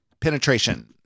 penetration